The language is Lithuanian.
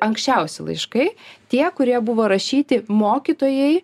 anksčiausi laiškai tie kurie buvo rašyti mokytojai